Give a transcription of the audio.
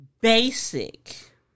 basic